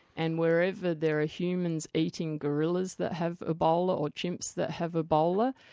and wherever there are humans eating gorillas that have ebola or chimps that have ebola,